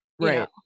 Right